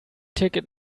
ticket